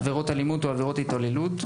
עברות אלימות או עברות התעללות,